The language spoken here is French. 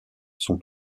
son